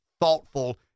thoughtful